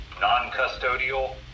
non-custodial